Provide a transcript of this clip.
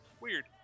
Weird